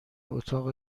اتاق